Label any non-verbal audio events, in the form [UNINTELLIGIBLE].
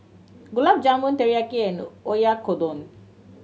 Gulab Jamun Teriyaki and [UNINTELLIGIBLE] Oyakodon